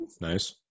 nice